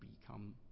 become